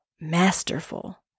masterful